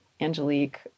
Angelique